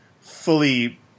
fully